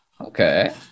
Okay